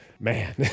Man